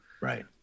right